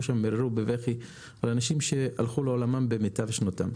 שם ומררו בבכי על אנשים שהלכו לעולם במיטב שנותם.